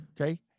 Okay